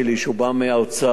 שבא מהאוצר,